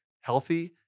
healthy